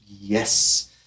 yes